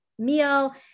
meal